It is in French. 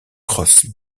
cross